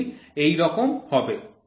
এটি এরকম হবে